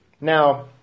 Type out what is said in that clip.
Now